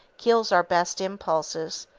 kills our best impulses,